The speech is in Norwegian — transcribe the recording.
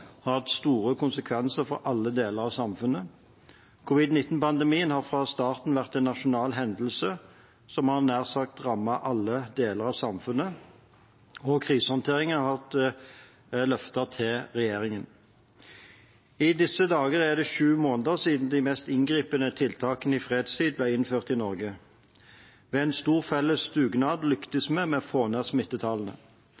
har hatt store konsekvenser for alle deler av samfunnet. Covid-l9-pandemien har fra starten av vært en nasjonal hendelse som har rammet nær sagt alle deler av samfunnet, og krisehåndteringen har vært løftet til regjeringen. I disse dager er det sju måneder siden de mest inngripende tiltakene i fredstid ble innført i Norge. Ved en stor felles dugnad